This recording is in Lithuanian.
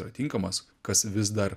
yra tinkamas kas vis dar